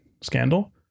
scandal